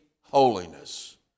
holiness